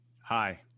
Hi